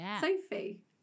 Sophie